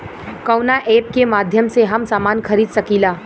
कवना ऐपके माध्यम से हम समान खरीद सकीला?